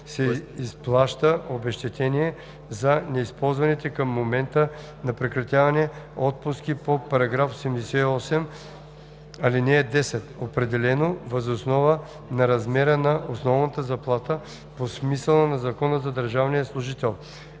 се изплаща обезщетение за неизползваните към момента на прекратяване отпуски по § 88, ал. 10, определено въз основа на размера на основната заплата по смисъла на Закона за държавния служител